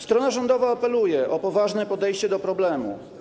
Strona rządowa apeluje o poważne podejście do problemu.